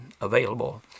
available